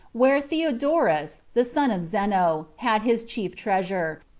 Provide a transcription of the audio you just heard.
where theodorus, the son of zeno, had his chief treasure,